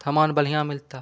सामान बढ़िया मिलता है